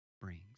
brings